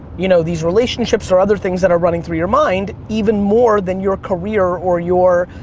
you know, these relationships or other things that are running through your mind even more than your career or your,